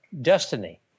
destiny